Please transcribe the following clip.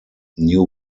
new